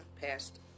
passed